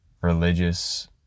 religious